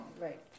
right